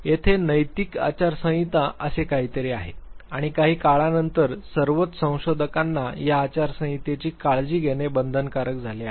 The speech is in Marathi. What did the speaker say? तेथे नैतिक आचारसंहिता असे काहीतरी आहे आणि काही काळानंतर सर्वच संशोधकांना या आचारसंहितेची काळजी घेणे बंधनकारक झाले आहे